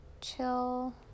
chill